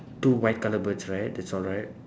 two white colour birds right that's all right